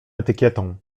etykietą